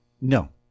No